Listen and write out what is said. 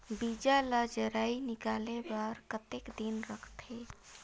बीजा ला जराई निकाले बार कतेक दिन रखथे?